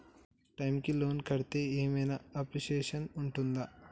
Time కి loan కడ్తే ఏం ఐనా అప్రిషియేషన్ ఉంటదా?